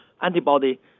antibody